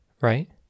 right